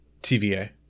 TVA